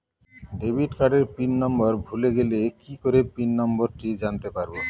Debit কার্ডের pin number ভুলে গেলে কি করে পিন নম্বরটি জানতে পারবো?